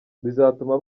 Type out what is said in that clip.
bizatuma